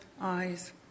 eyes